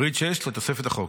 פריט 6 לתוספת לחוק.